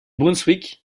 brunswick